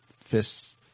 fists